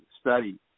study